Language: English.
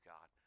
God